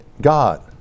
God